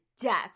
death